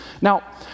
Now